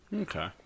Okay